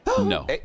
no